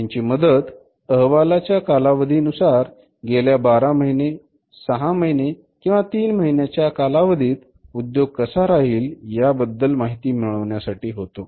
यांची मदत अहवालाच्या कालावधी नुसार गेल्या बारा महिने सहा महिने किंवा तीन महिन्याच्या कालावधीत उद्योग कसा राहिल याबद्दल माहिती मिळण्यासाठी होते